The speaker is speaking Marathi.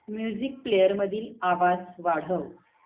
म्युझिक प्लेयरमधील आवाज वाढव